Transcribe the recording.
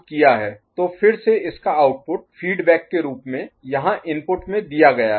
तो फिर से इसका आउटपुट फीडबैक के रूप में यहाँ इनपुट में दिया गया है